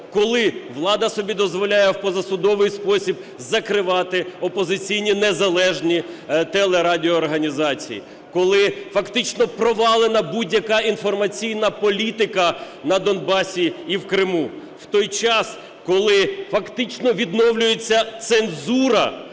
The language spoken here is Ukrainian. коли влада собі дозволяє в позасудовий спосіб закривати опозиційні незалежні телерадіоорганізації, коли фактично провалена будь-яка інформаційна політика на Донбасі і в Криму в той час, коли фактично відновлюється цензура